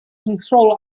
control